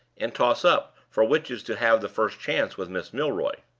and toss up for which is to have the first chance with miss milroy.